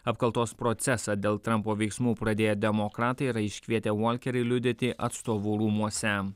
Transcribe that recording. apkaltos procesą dėl trampo veiksmų pradėję demokratai yra iškvietę volkerį liudyti atstovų rūmuose